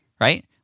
right